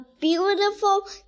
beautiful